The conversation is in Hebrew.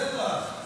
כנסת נכבדה,